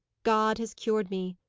god has cured me.